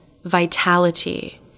vitality